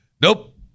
Nope